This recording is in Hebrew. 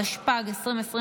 התשפ"ג 2023,